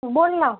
बोल ना